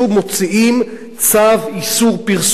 מוציאים צו איסור פרסום,